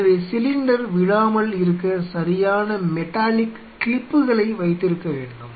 எனவே சிலிண்டர் விழாமல் இருக்க சரியான மெட்டாலிக் கிளிப்களை வைத்திருக்க வேண்டும்